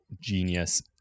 genius